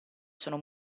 sono